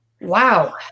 Wow